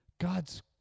God's